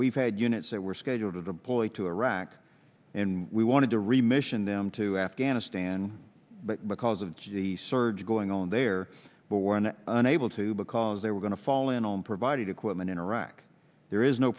we've had units that were scheduled to deploy to iraq and we wanted to remission them to afghanistan but because of the surge going on there but one unable to because they were going to fall in on provided equipment in iraq there is no